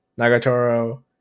nagatoro